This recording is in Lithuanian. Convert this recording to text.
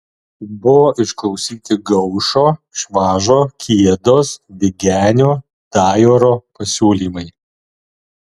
buvo išklausyti gaušo švažo kiedos bigenio dajoro pasiūlymai